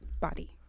body